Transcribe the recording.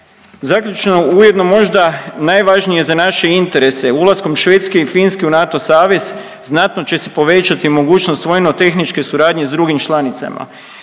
Zaključno, ujedno možda najvažnije za naše interese ulaskom Švedske i Finske u NATO savez znatno će se povećati mogućnost vojnotehničke suradnje s drugim članicama.